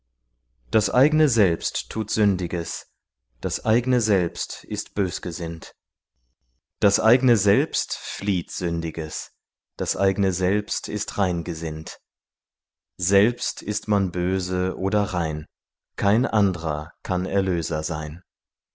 das eigne selbst tut sündiges das eigne selbst ist bösgesinnt das eigne selbst flieht sündiges das eigne selbst ist reingesinnt selbst ist man böse oder rein kein andrer kann erlöser sein